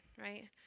right